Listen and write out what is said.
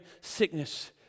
sickness